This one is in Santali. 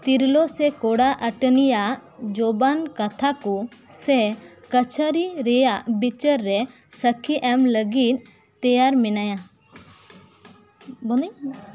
ᱛᱤᱨᱞᱟᱹ ᱥᱮ ᱠᱚᱲᱟ ᱟᱴᱟᱱᱤᱭᱟᱜ ᱡᱚᱵᱟᱱ ᱠᱟᱛᱷᱟ ᱠᱚ ᱥᱮ ᱠᱟᱪᱷᱟᱨᱤ ᱨᱮᱭᱟᱜ ᱵᱤᱪᱟᱹᱨ ᱨᱮ ᱥᱟᱹᱠᱷᱤ ᱮᱢ ᱞᱟᱹᱜᱤᱫ ᱛᱮᱭᱟᱨ ᱢᱮᱱᱟᱭᱟ